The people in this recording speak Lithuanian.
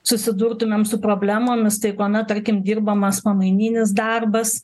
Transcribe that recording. susidurtumėm su problemomis tai kuomet tarkim dirbamas pamaininis darbas